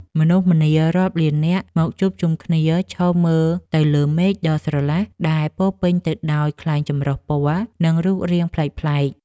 មនុស្សម្នារាប់ពាន់នាក់មកជួបជុំគ្នាឈរមើលទៅមេឃដ៏ស្រឡះ ដែលពេញទៅដោយខ្លែងចម្រុះពណ៌ និងរូបរាងប្លែកៗ។